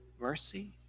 mercy